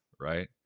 right